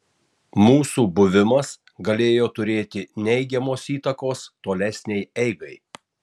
mūsų buvimas galėjo turėti neigiamos įtakos tolesnei eigai